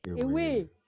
away